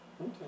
Okay